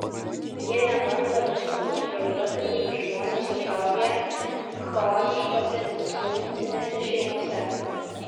jie nebando visko kontroliuoti kaip žmonės užaugę chaotiškose disfunkcinėse šeimose